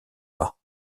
pas